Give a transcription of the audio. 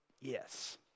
yes